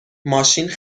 ماشین